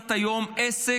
שכמעט אין היום עסק,